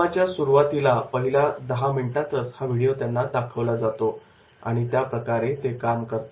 कामाच्या सुरुवातीच्या पहिल्या दहा मिनिटातच हा व्हिडीओ त्यांना दाखवला जातो आणि त्या प्रकारे ते काम करतात